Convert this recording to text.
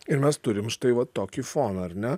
ir mes turim štai va tokį foną ar ne